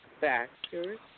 factors